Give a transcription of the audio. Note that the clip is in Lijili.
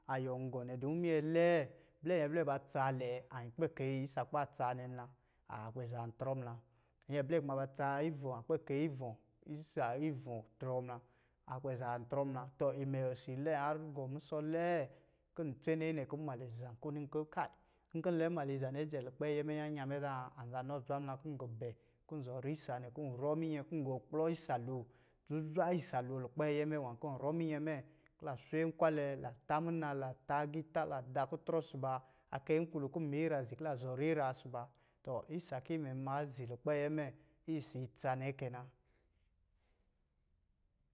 A yɔn gɔ nɛ don minyɛ lɛɛ, blɛ nyɛ blɛ batsaa an kpɛ keyi isa kɔ̄ ba tsaa nɛ muna a kpɛ zā ntrɔ muna. Nyɛ blɛ ba tsaa ivɔ̄ an kpɛ keyi ivɔ̄-isa ivɔ̄ drɔɔ muna, akpɛ zā ntrɔ muna. Tɔ imɛ osi a lɛm har gɔ musɔ̄ lɛɛ kɔ̄ ntsene nɛkɔ̄ mnmalɛ zan ko ni nkɔ̄ kay n kɔ̄ nlɛ mnmaliza nɛ jɛ lukpe ayɛ mɛ nyanya mɛ zā anzanɔ zwa muna kɔ̄ ngu bɛ kɔ̄ n zɔrɔ isa nɛ kɔ̄ nrɔ minyɛ kɔ̄ n kplɔ isa lo, zuzwa isalo lukpɛ ayɛ mɛ nwā kɔ̄ nrɔ minyɛ mɛ kɔ̄ la swenkwalɛ, la tā muna, la tā agiitā, ladakutrɔ ɔsɔ̄ ba akeyi nkpulo kɔ̄ n ma ira zi kɔ̄ la zɔrɔ ira ɔsɔ̄ ba, tɔ isa kɔ̄ imɛ nma zi lukpɛ ayɛ mɛ, isa itsa a mɛ nɛ kɛ na.